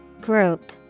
Group